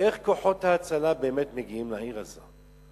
איך כוחות ההצלה באמת מגיעים לעיר הזאת?